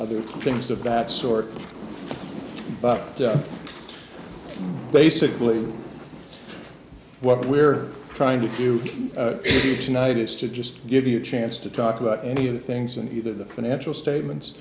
other things of that sort but basically what we're trying to do tonight is to just give you a chance to talk about any of the things and the financial statements